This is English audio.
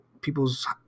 people's